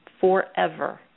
forever